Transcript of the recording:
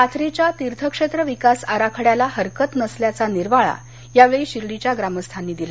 पाथरीच्या तीर्थक्षेत्र विकास आराखड्याला हरकत नसल्याचा निर्वाळा यावेळी शिर्डी ग्रामस्थांनी दिला